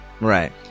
right